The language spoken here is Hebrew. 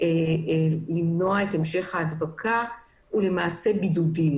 למנוע את ההדבקה הוא בידוד.